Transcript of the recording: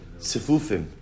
sefufim